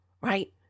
right